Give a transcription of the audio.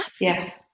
Yes